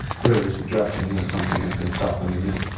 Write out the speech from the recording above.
clearly suggesting and and something had been stuffed underneath.